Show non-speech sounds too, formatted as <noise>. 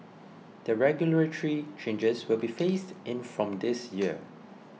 the regulatory changes will be phased in from this <noise> year